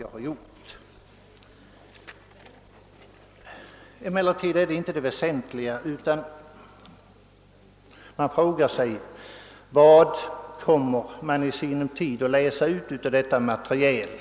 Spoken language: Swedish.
Detta är emellertid inte det väsentliga. Jag frågar mig vad man i sinom tid kommer att kunna läsa ut av detta material.